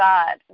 God